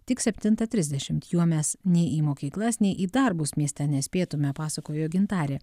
tik septintą trisdešimt juo mes nei į mokyklas nei į darbus mieste nespėtume pasakojo gintarė